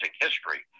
history